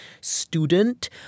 student